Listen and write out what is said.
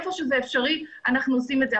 במקום שזה אפשרי אנחנו עושים את זה.